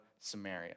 Samaria